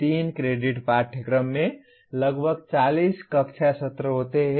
3 credit पाठ्यक्रम में लगभग 40 कक्षा सत्र होते हैं